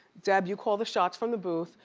deb, you call the shots from the booth.